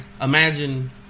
Imagine